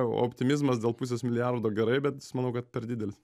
optimizmas dėl pusės milijardo gerai bet jis manau kad per didelis